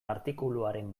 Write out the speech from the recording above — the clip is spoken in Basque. artikuluaren